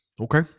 Okay